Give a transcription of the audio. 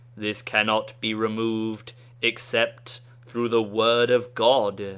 this cannot be removed except through the word of god.